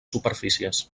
superfícies